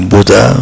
Buddha